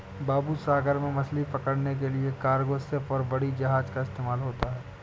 बाबू सागर में मछली पकड़ने के लिए कार्गो शिप और बड़ी जहाज़ का इस्तेमाल होता है